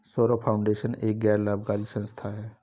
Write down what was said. Saurabh foundation एक गैर लाभकारी संस्था है